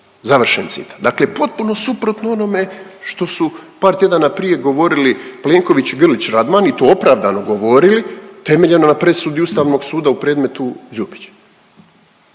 završen citat, dakle potpuno suprotno onome što su par tjedana prije govorili Plenković i Grlić Radman i to opravdano govorili temeljeno na presudi Ustavnog suda u predmetu Ljubić.